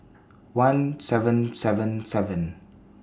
one seven seven seven